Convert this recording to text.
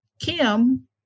Kim